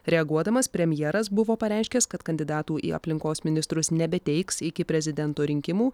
reaguodamas premjeras buvo pareiškęs kad kandidatų į aplinkos ministrus nebeteiks iki prezidento rinkimų